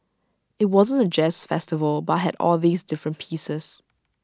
IT wasn't A jazz festival but had all these different pieces